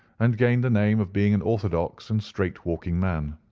and gained the name of being an orthodox and straight-walking man.